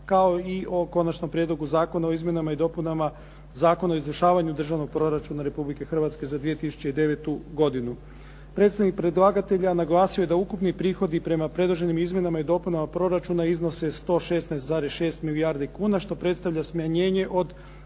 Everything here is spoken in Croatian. kao i o Konačnom prijedlogu zakona o izmjenama i dopunama Zakona o izvršavanju Državnog proračuna Republike Hrvatske za 2009. godinu. Predstavnik predlagatelja naglasio je da ukupni prihodi prema predloženim izmjenama i dopunama proračuna iznose 116,6 milijardi kuna što predstavlja smanjenje od